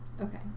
Okay